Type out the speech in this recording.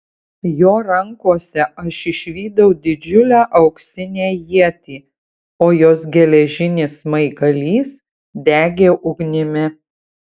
jo rankose aš išvydau didžiulę auksinę ietį o jos geležinis smaigalys degė ugnimi